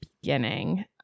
beginning